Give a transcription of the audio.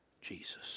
Jesus